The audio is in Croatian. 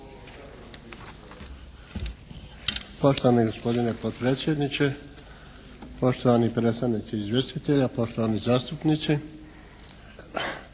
Poštovani gospodine potpredsjedniče, poštovani predstavnici izvjestitelja, poštovani zastupnici.